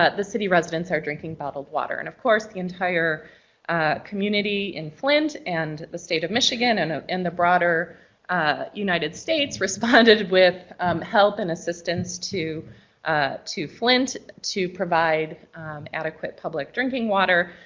ah the city residents are drinking bottled water. and of course, the entire community in flint, and the state of michigan, and ah the broader united states responded with help and assistance to ah to flint to provide adequate public drinking water.